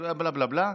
בלה בלה בלה,